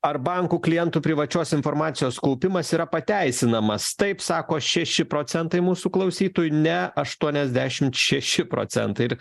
ar bankų klientų privačios informacijos kaupimas yra pateisinamas taip sako šeši procentai mūsų klausytojų ne aštuoniasdešimt šeši procentai ir